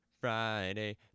Friday